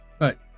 Right